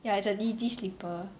ya it's a easy sleeper